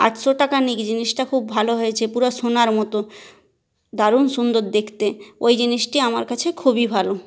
আটশো টাকা নিক জিনিসটা খুব ভালো হয়েছে পুরো সোনার মতো দারুণ সুন্দর দেখতে ওই জিনিসটি আমার কাছে খুবই ভালো